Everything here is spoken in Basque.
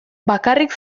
bakarrik